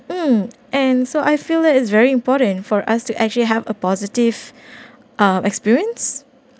um and so I feel that is very important for us to actually have a positive uh experience